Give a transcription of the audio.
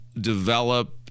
develop